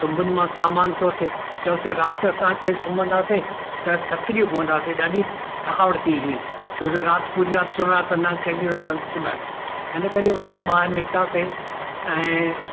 तंबुनि मां सामानु खयोंसीं चयोसीं राति असां हिते सुम्हंदासीं त थकिजी पवंदासीं ॾाढी थकावट थी हुई छो जो राति पूरी राति सुम्हींयासीं न चङी तरह सुम्हींयासीं इन करे उतां ॿाहिरि निकितासीं ऐं